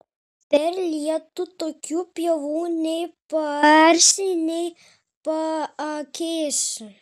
per lietų tokių pievų nei paarsi nei paakėsi